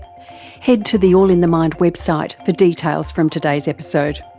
head to the all in the mind website for details from today's episodeour